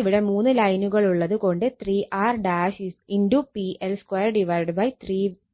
ഇവിടെ മൂന്ന് ലൈനുകളുള്ളത് കൊണ്ട് 3R × PL2 3 VL2